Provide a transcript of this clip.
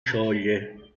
scioglie